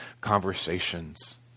conversations